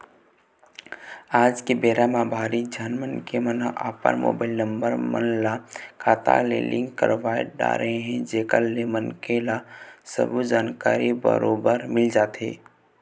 आज के बेरा म भारी झन मनखे मन ह अपन मोबाईल नंबर मन ल खाता ले लिंक करवा डरे हे जेकर ले मनखे ल सबो जानकारी बरोबर मिल जाथे